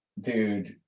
Dude